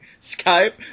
Skype